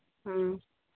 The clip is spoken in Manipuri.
ꯎꯝ